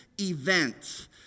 event